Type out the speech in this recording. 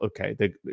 okay